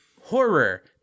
horror